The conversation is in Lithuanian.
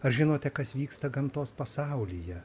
ar žinote kas vyksta gamtos pasaulyje